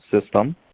system